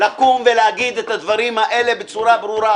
לקום ולהגיד את הדברים האלה בצורה ברורה.